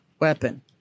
weapon